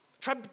Try